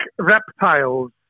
reptiles